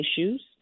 issues